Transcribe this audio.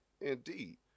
indeed